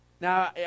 Now